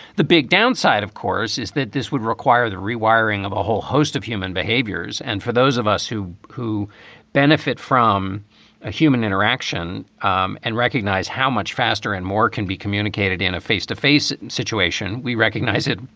the big downside, of course, is that this would require the rewiring of a whole host of human behaviors. and for those of us who who benefit from a human interaction um and recognize how much faster and more can be communicated in a face to face and situation, we recognize it.